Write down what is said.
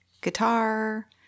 guitar